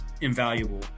invaluable